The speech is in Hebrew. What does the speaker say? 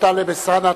או טלב אלסאנע,